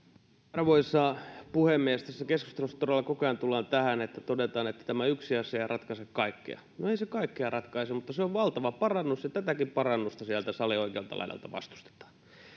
arvoisa puhemies tässä keskustelussa todella koko ajan tullaan tähän että todetaan että tämä yksi asia ei ratkaise kaikkea no ei se kaikkea ratkaise mutta se on valtava parannus ja tätäkin parannusta sieltä salin oikealta laidalta vastustetaan